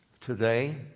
today